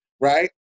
Right